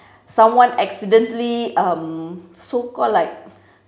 someone accidentally um so call like